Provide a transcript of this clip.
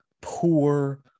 poor